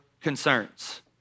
concerns